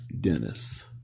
Dennis